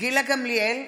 גילה גמליאל,